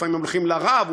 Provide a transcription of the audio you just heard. לפעמים גם הולכים לרב,